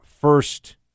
first